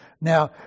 Now